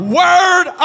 word